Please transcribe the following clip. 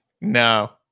No